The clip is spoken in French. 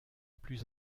plus